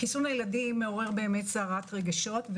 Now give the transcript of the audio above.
חיסון הילדים מעורר סערת רגשות,